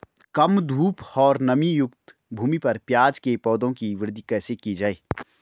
कम धूप और नमीयुक्त भूमि पर प्याज़ के पौधों की वृद्धि कैसे की जाए?